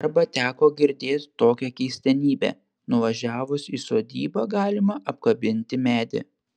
arba teko girdėt tokią keistenybę nuvažiavus į sodybą galima apkabinti medį